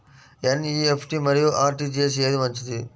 NEFT మరియు RTGS ఏది మంచిది?